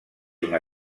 una